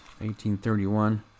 1831